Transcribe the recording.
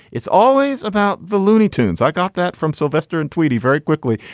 it's always about the looney tunes. i got that from sylvester and tweedy very quickly.